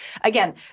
again